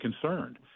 concerned